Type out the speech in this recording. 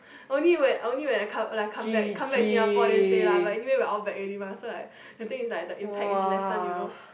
only when only when when I come come back come back Singapore then say lah but anyway we all come back already mah so like the thing is like the impact is lesser you know